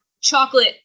chocolate